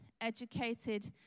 educated